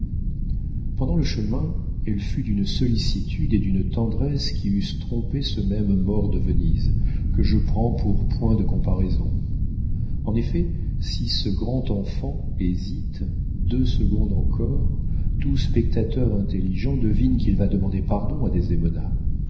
pendant le chemin elle fut d'une sollicitude et d'une tendresse qui eussent trompé ce même more de venise que je prends pour point de comparaison en effet si ce grand enfant hésite deux secondes encore tout spectateur intelligent devine qu'il va demander pardon à